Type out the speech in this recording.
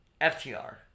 FTR